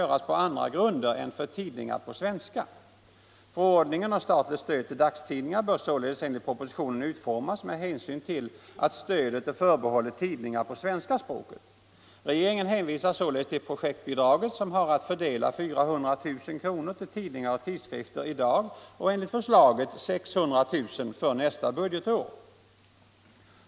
Regeringen hänvisar således till projektbidraget som har att fördela 400 000 kr. till tidningar och tidskrifter i dag och enligt förslaget 600 000 kr. för nästa budgetår.